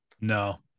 No